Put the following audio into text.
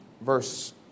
verse